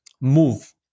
move